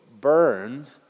burned